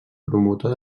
promotor